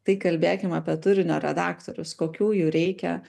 tai kalbėkim apie turinio redaktorius kokių jų reikia